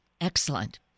Excellent